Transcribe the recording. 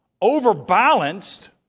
overbalanced